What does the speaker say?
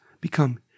become